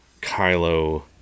Kylo